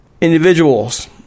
Individuals